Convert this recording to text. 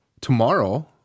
Tomorrow